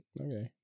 okay